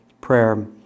prayer